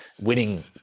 winning